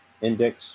index